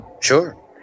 Sure